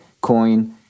coin